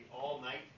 all-night